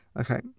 Okay